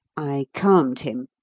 i calmed him.